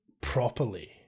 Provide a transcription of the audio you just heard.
properly